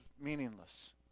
meaningless